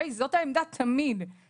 זאת העמדה תמיד,